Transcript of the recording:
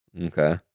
Okay